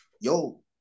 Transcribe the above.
yo